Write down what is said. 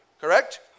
Correct